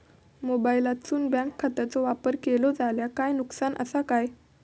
मोबाईलातसून बँक खात्याचो वापर केलो जाल्या काय नुकसान असा काय?